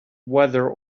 weather